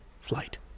flight